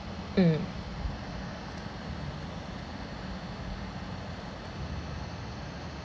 mm